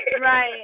right